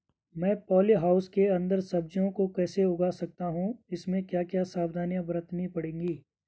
मैं poly house के अन्दर सब्जियों को कैसे उगा सकता हूँ इसमें क्या क्या सावधानियाँ बरतनी पड़ती है?